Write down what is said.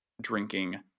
drinking